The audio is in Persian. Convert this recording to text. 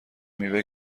میوه